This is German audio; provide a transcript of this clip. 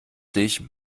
dich